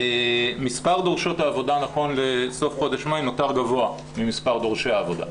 מספר דורשות העבודה נכון לסוף חודש מאי נותר גבוה ממספר דורשי העבודה,